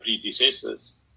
predecessors